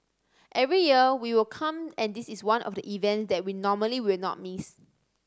every year we will come and this is one of the event that we normally will not miss